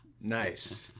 Nice